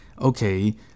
okay